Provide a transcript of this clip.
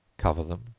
cover them,